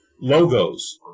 logos